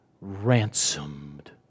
ransomed